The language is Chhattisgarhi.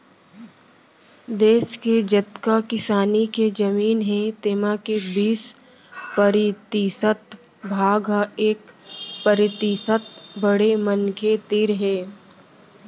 देस के जतका किसानी के जमीन हे तेमा के बीस परतिसत भाग ह एक परतिसत बड़े मनखे तीर हे